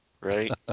right